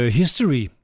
history